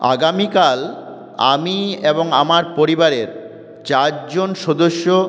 আগামীকাল আমি এবং আমার পরিবারের চারজন সদস্য